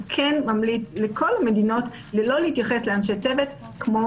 הוא כן ממליץ לכל המדינות לא להתייחס לאנשי צוות כמו